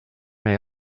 may